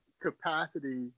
capacity